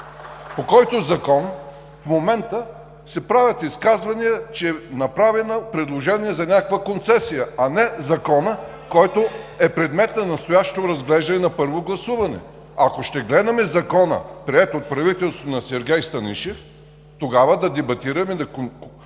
По този закон в момента се правят изказвания, че е направено предложение за някаква концесия, а не закона, който е предмет на настоящо разглеждане на първо гласуване. Ако ще гледаме закона, приет от правителството на Сергей Станишев, тогава да дебатираме, да поставите